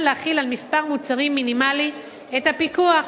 להחיל על מספר מוצרים מינימלי את הפיקוח.